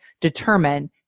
determine